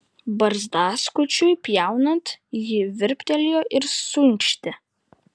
barzdaskučiui pjaunant ji virptelėjo ir suinkštė